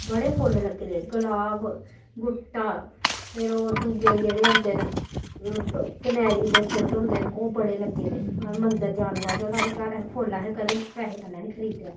बड़े फुल्ल लग्गे दे गलाब गुट्टा फिर ओह् दुए जेह्ड़े होंदे न कनेरी दे फुल्ल होंदे न ओह् बड़े लग्गे दे अस मंदर जाने बास्तै साढ़े घरा फुल्ल असें कदें पैहें कन्नै निं खरीदेआ